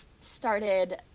started